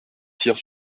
cyr